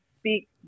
speak